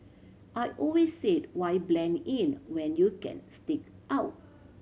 I always said why blend in when you can stick out